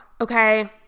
Okay